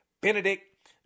Benedict